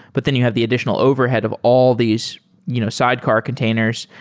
but then you have the additional overhead of all these you know sidecar containers.